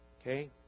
Okay